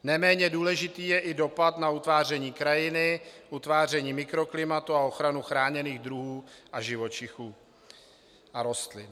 Neméně důležitý je i dopad na utváření krajiny, utváření mikroklimatu a ochranu chráněných druhů živočichů a rostlin.